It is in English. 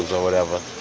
so whatever,